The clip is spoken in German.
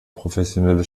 professionelle